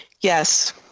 Yes